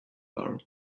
bar